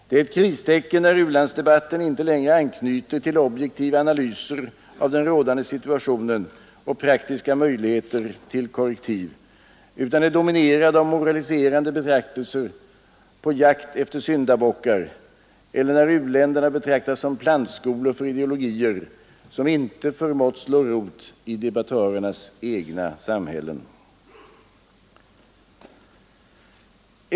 Det är ett kristecken, när u-landsdebatten inte längre anknyter till objektiva analyser av den rådande situationen och praktiska möjligheter till korrektiv utan är dominerad av moraliserande betraktelser och jakt efter syndabockar eller när u-länderna betraktas som plantskolor för ideologier som inte förmått slå rot i debattörernas egna samhällen.